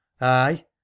Aye